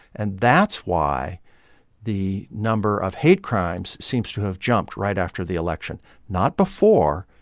and that's why the number of hate crimes seems to have jumped right after the election not before,